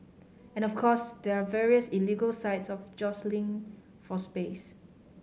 and of course there are various illegal sites of jostling for space